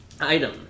Item